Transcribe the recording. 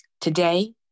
Today